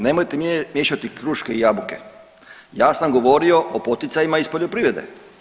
Nemojte vi miješati kruške i jabuke, ja sam govorio o poticajima iz poljoprivrede.